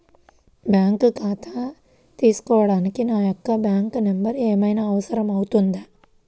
Bank ఖాతా తీసుకోవడానికి నా యొక్క ఫోన్ నెంబర్ ఏమైనా అవసరం అవుతుందా?